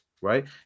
right